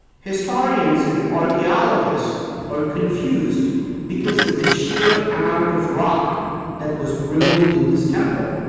historians and archeologists are confused because of the sheer amount of rock that was removed in this temple.